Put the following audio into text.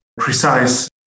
precise